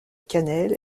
cannelle